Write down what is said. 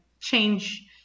change